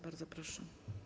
Bardzo proszę.